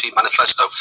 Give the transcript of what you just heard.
manifesto